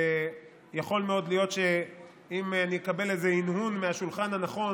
ויכול להיות שאם אקבל הנהון מהשולחן הנכון